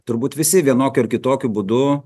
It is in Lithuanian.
turbūt visi vienokiu ar kitokiu būdu